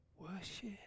worship